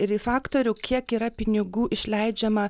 ir į faktorių kiek yra pinigų išleidžiama